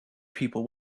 people